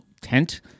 tent